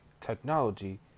technology